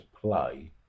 play